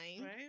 right